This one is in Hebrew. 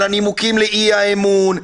על הנימוקים לאי האמון,